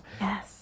Yes